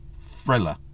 thriller